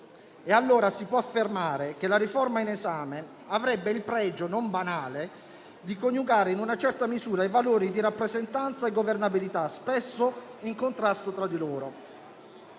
Governo. Si può affermare, allora, che la riforma in esame avrebbe il pregio non banale di coniugare in una certa misura i valori di rappresentanza e governabilità, spesso in contrasto tra di loro.